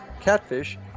catfish